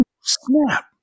snap